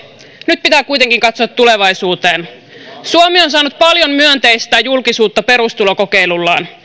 nyt pitää kuitenkin katsoa tulevaisuuteen suomi on saanut paljon myönteistä julkisuutta perustulokokeilullaan